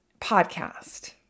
podcast